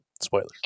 spoilers